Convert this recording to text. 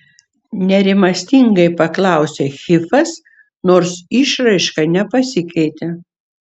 nerimastingai paklausė hifas nors išraiška nepasikeitė